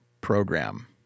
program